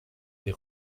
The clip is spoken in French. des